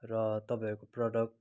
र तपाईँहरूको प्रोडक्ट